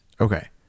Okay